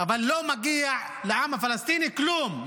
אבל לא מגיע לעם הפלסטיני כלום.